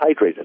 hydrated